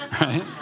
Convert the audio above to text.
Right